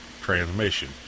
transmission